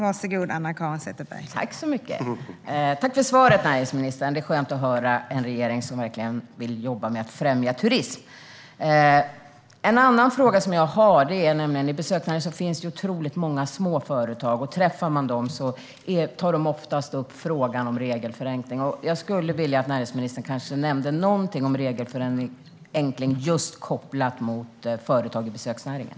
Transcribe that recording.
Fru talman! Tack för svaret, näringsministern! Det är skönt att höra från en regering som verkligen vill jobba med att främja turism. En annan fråga jag har handlar om att det i besöksnäringen finns otroligt många små företag. När man träffar dem tar de oftast upp frågan om regelförenkling. Jag skulle vilja att näringsministern kanske nämnde något om regelförenkling just kopplat till företag i besöksnäringen.